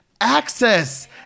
access